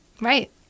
right